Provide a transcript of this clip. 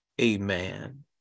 amen